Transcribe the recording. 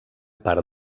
part